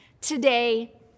today